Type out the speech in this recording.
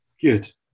Good